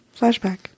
Flashback